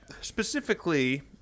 specifically